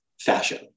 fashion